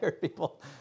people